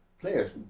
players